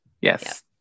Yes